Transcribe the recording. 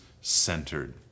centered